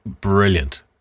brilliant